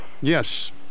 Yes